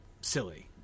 silly